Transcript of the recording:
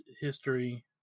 history